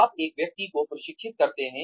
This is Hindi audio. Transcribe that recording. आप एक व्यक्ति को प्रशिक्षित करते हैं